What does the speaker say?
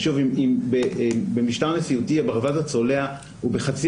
אם במשטר נשיאותי הברווז הצולע הוא בחצי